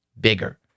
bigger